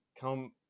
come